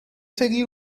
seguir